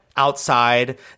outside